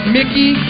Mickey